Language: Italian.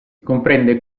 comprende